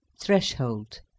Threshold